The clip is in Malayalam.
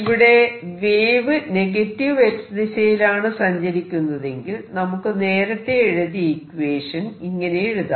ഇവിടെ വേവ് നെഗറ്റീവ് X ദിശയിലാണു സഞ്ചരിക്കുന്നതെങ്കിൽ നമുക്ക് നേരത്തെ എഴുതിയ ഇക്വേഷൻ ഇങ്ങനെയെഴുതാം